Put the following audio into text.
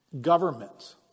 government